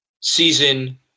season